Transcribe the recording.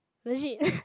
legit